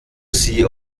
sie